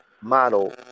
model